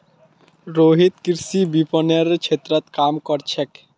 रोहित कृषि विपणनेर क्षेत्रत काम कर छेक